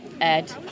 ed